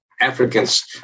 Africans